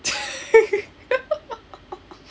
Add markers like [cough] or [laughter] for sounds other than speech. [laughs]